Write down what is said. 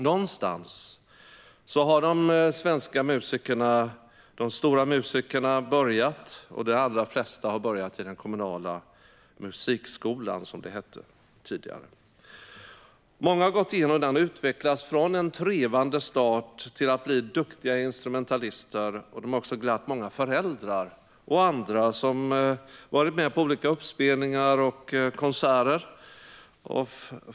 Någonstans har de stora svenska musikerna börjat. De allra flesta har börjat i den kommunala musikskolan, som det hette tidigare. Många har gått igenom den och utvecklats från en trevande start till att bli duktiga instrumentalister. De har också glatt många föräldrar och andra som varit med på olika uppspelningar och konserter.